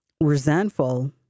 resentful